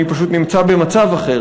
אני פשוט נמצא במצב אחר,